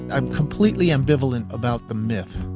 i'm completely ambivalent about the myth.